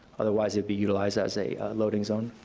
otherwise, it'd be utilized as a loading zone.